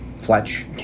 Fletch